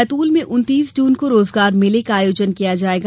बैतूल में उन्तीस जून को रोजगार मेले का आयोजन किया जायेगा